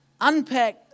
unpack